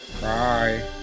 Bye